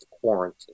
quarantine